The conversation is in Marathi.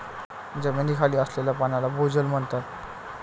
जमिनीखाली असलेल्या पाण्याला भोजल म्हणतात